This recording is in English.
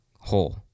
whole